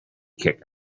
kick